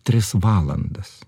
tris valandas